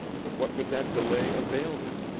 but what would that delay avail him?